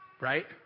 right